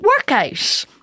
workout